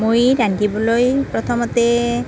মই ৰান্ধিবলৈ প্ৰথমতে